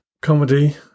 Comedy